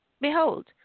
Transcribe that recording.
Behold